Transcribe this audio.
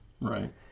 Right